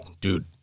dude